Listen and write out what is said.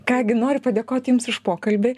ką gi noriu padėkot jums už pokalbį